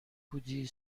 بودی